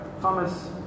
Thomas